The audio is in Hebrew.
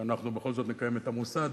שאנחנו בכל זאת נקיים את המוסד.